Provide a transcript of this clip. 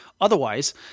Otherwise